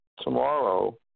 tomorrow